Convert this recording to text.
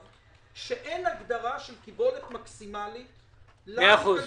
שאין הגדרה של קיבולת מקסימלית במירון.